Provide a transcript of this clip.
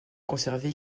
conservé